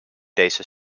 deze